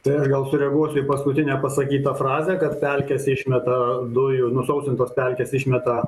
tai aš gal sureaguosiu į paskutinę pasakytą frazę kad pelkės išmeta dujų nusausintos pelkės išmeta